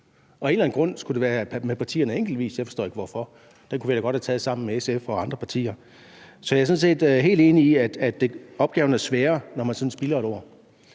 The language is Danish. og af en eller anden grund skulle det være med partierne enkeltvis; jeg forstår ikke hvorfor. Den kunne vi da godt have taget sammen med SF og andre partier. Så jeg er sådan set helt enig i, at opgaven er sværere, når man sådan spilder et år.